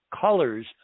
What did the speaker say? colors